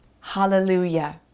Hallelujah